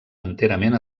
enterament